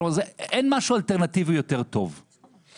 כלומר אין משהו אלטרנטיבי יותר טוב ועכשיו